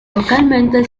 localmente